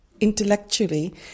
intellectually